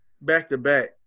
back-to-back